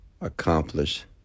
accomplish